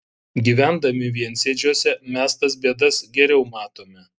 gyvendami viensėdžiuose mes tas bėdas geriau matome